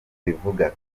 bivuga